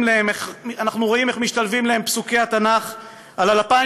ואנחנו רואים איך משתלבים להם פסוקי התנ"ך על אלפיים